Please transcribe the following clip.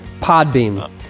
Podbeam